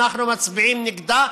אנחנו מצביעים נגדה,